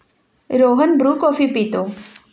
Rohan Bru coffee पितो